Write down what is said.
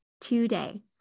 today